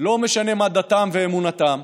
לא משנה מה דתם ואמונתם,